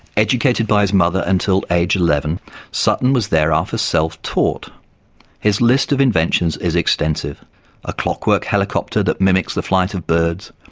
educated by his mother until age eleven sutton was thereafter self-taught. his list of inventions is extensive a clockwork helicopter that mimics the flight of birds,